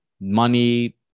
Money